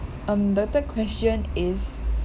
um the third question is